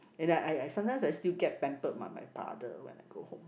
and then I I sometimes I still get pampered by my father when I go home